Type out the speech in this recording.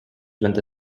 będę